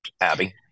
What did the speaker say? Abby